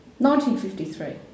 1953